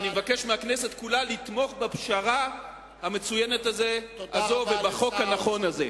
אני מבקש מהכנסת כולה לתמוך בפשרה המצוינת הזאת ובחוק הנכון הזה.